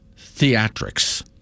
theatrics